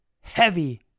heavy